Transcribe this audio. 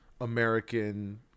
American